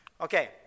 Okay